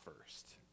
first